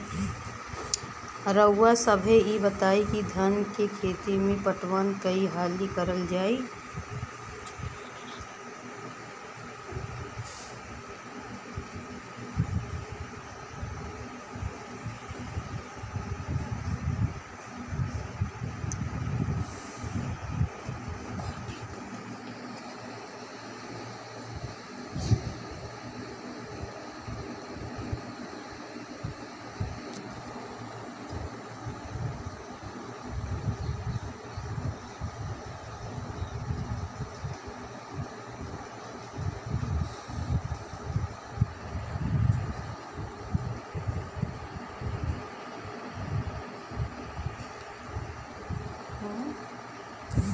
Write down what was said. रउवा सभे इ बताईं की धान के खेती में पटवान कई हाली करल जाई?